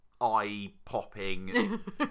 eye-popping